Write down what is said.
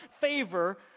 favor